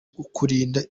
kurinda